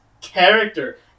character